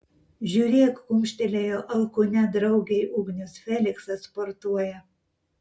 žiūrėk kumštelėjo alkūne draugei ugnius feliksas sportuoja